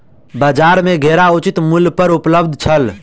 बजार में घेरा उचित मूल्य पर उपलब्ध छल